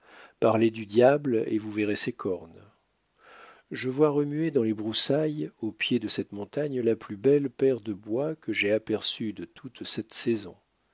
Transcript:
parlez du diable et vous verrez ses cornes je vois remuer dans les broussailles au pied de cette montagne la plus belle paire de bois que j'aie aperçue de toute cette saison